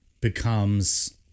Becomes